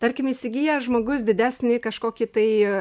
tarkim įsigijęs žmogus didesnį kažkokį tai